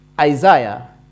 Isaiah